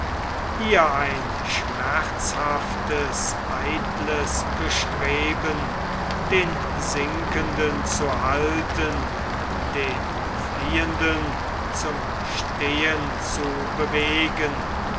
hier ein schmerzhaftes eitles bestreben den sinkenden zu halten den fliehenden zum stehen zu bewegen